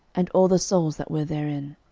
and all the souls that were therein.